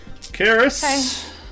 Karis